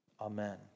amen